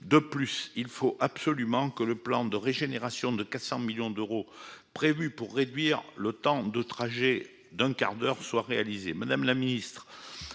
De plus, il faut absolument que le plan de régénération de 400 millions d'euros destiné à réduire le temps de trajet d'un quart d'heure soit réalisé. Madame la ministre,